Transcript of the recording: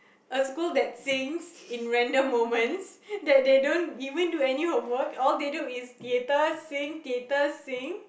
a school that sings in random moments that they don't even do any homework all they do is theater sing theater sing